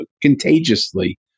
contagiously